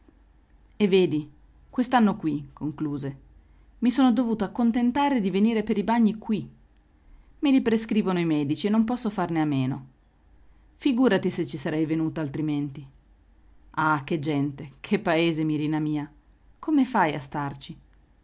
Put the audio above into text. e vedi quest'anno qui concluse i son dovuta contentare di venire per i bagni qui me li prescrivono i medici e non posso farne a meno figurati se ci sarei venuta altrimenti ah che gente che paese mirina mia come fai a starci